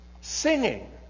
Singing